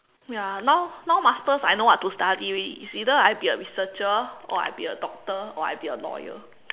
ya now now masters I know what to study already it's either I be a researcher or I be a doctor or I be a lawyer